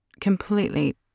completely